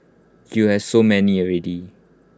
you have so many already